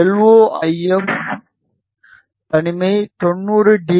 LO IF தனிமை 90 D